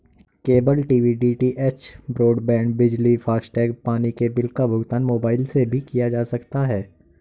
cable TV DTH, broadband, बिजली, FASTag, पानी के बिल का भुगतान मोबाइल से भी किया जा सकता है